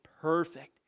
perfect